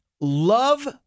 Love